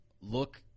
look